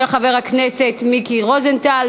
של חבר הכנסת מיקי רוזנטל.